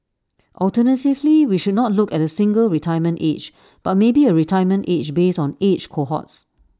alternatively we should not look at A single retirement age but maybe A retirement age based on age cohorts